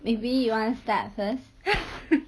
maybe you wanna start first